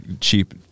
cheap